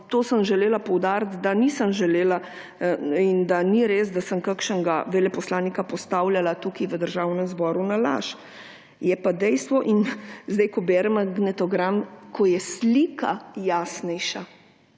to sem želela poudariti, da nisem želela in da ni res, da sem kakšnega veleposlanika postavljala tukaj v Državnem zboru na laž. Je pa dejstvo in zdaj, ko berem magnetogram, ko je slika jasnejša,